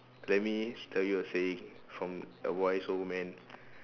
let me tell you a saying from a wise old man